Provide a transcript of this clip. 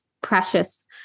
precious